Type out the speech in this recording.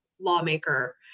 lawmaker